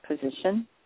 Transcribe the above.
position